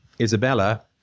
Isabella